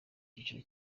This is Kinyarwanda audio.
cyiciro